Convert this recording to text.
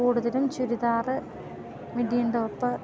കൂട്തലും ചുരിദാറ് മിഡിയും ടോപ്പ്